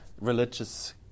religious